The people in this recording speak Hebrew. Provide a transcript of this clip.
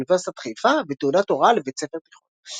אוניברסיטת חיפה ותעודת הוראה לבית ספר תיכון.